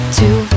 two